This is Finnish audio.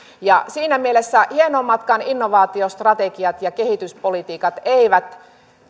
siinä mielessä hienoimmatkaan innovaatiostrategiat ja kehityspolitiikat eivät